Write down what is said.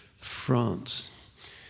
France